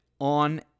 on